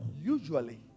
usually